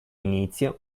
inizio